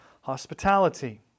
hospitality